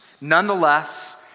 Nonetheless